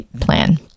plan